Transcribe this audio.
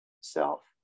self